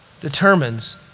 determines